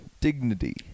Dignity